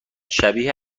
شبیه